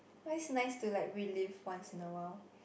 but it's nice to like relive once in a while